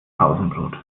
pausenbrot